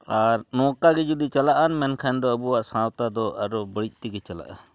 ᱟᱨ ᱱᱚᱝᱠᱟᱜᱮ ᱡᱩᱫᱤ ᱪᱟᱞᱟᱜᱼᱟ ᱢᱮᱱᱠᱷᱟᱱ ᱫᱚ ᱟᱵᱚᱣᱟᱜ ᱥᱟᱶᱛᱟ ᱫᱚ ᱟᱨᱚ ᱵᱟᱹᱲᱤᱡ ᱛᱮᱜᱮ ᱪᱟᱞᱟᱜᱼᱟ